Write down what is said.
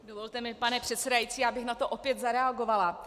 Dovolte mi pane předsedající, já bych na to opět zareagovala.